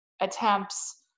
attempts